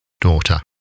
daughter